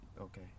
okay